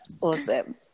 Awesome